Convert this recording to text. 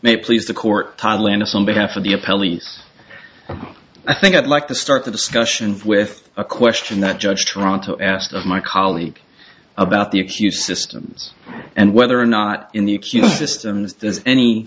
may please the court thailand it's on behalf of the a police and i think i'd like to start the discussion with a question that judge toronto asked of my colleague about the accused systems and whether or not in the